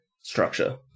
structure